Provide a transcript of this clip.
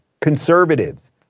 conservatives